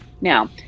Now